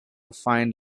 find